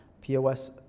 POS